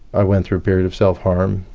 i went through a period of self-harm.